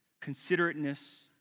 considerateness